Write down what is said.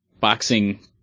boxing